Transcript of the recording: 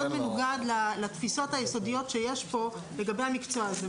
מנוגד לתפיסות היסודיות שיש פה לגבי המקצוע הזה.